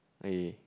okay